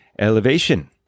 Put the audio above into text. Elevation